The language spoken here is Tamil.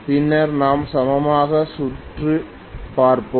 பின்னர் நாம் சமமான சுற்று பார்ப்போம்